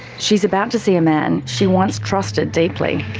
she's about to see a man she once trusted deeply.